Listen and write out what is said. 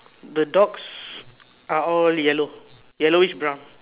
the dogs are all yellow yellowish brown